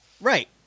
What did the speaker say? Right